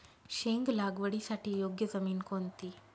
शेंग लागवडीसाठी योग्य जमीन कोणती?